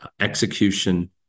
execution